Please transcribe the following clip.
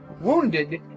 wounded